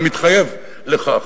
אני מתחייב לכך,